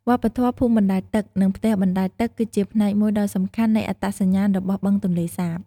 វប្បធម៌ភូមិបណ្ដែតទឹក និងផ្ទះបណ្ដែតទឹក គឺជាផ្នែកមួយដ៏សំខាន់នៃអត្តសញ្ញាណរបស់បឹងទន្លេសាប។